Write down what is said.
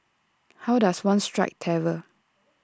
how does one strike terror